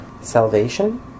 Salvation